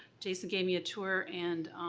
jason gave me a tour and